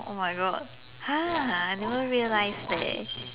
oh my god !huh! I never realize leh